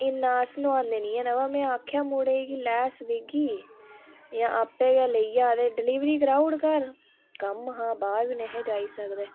इन्ना अस नोआनै निं हैन पर में आखेआ मुड़े गी ले स्विगी जां आपें गै लेई आ ते डलवरी कराई ओड़ घर कम्म हा बाहर बी नेहे जाई सकदे